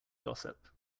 gossip